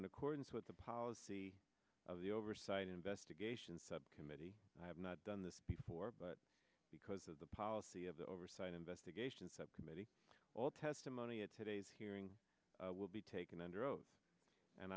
in accordance with the policy of the oversight investigation subcommittee i have not done this before but because of the policy of the oversight investigation subcommittee all testimony at today's hearing will be taken under oath and